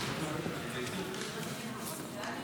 תודה רבה.